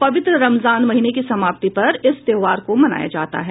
पवित्र रमजान महीने की समाप्ति पर इस त्योहार को मनाया जाता है